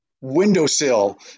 windowsill